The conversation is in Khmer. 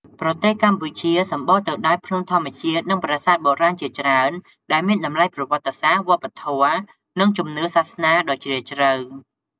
ប្រទេសកម្ពុជាសម្បូរទៅដោយភ្នំធម្មជាតិ និងប្រាសាទបុរាណជាច្រើន ដែលមានតម្លៃប្រវត្តិសាស្ត្រ វប្បធម៌ និងជំនឿសាសនាដ៏ជ្រាលជ្រៅ។